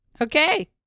Okay